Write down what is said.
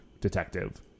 detective